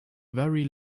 very